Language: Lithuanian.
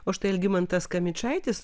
o štai algimantas kamičaitis